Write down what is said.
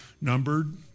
numbered